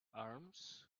arms